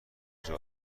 کجا